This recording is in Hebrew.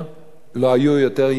לא היו יותר יעילים,